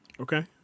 Okay